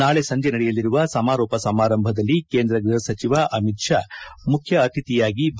ನಾಳೆ ಸಂಜೆ ನಡೆಯಲಿರುವ ಸಮಾರೋಪ ಸಮಾರಂಭದಲ್ಲಿ ಕೇಂದ್ರ ಗ್ಬಹ ಸಚಿವ ಅಮಿತ್ ಶಾ ಮುಖ್ಯ ಅತಿಥಿಯಾಗಿ ಭಾಗವಹಿಸಲಿದ್ದಾರೆ